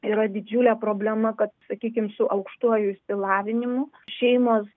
yra didžiulė problema kad sakykim su aukštuoju išsilavinimu šeimos